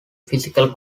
physical